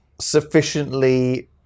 sufficiently